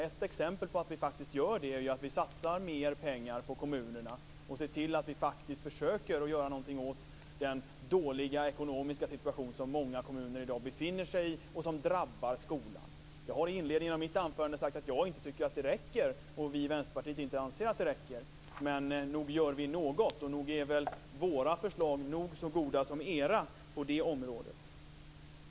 Ett exempel på att vi faktiskt gör det är att vi satsar mer pengar på kommunerna och ser till att faktiskt försöka göra någonting åt den dåliga ekonomiska situation som många kommuner i dag befinner sig i och som drabbar skolan. Jag har i inledningen av mitt anförande sagt att jag inte tycker att det räcker och att vi i Vänsterpartiet inte anser att det räcker. Men nog gör vi något, och visst är våra förslag nog så goda som era på det området.